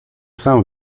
sam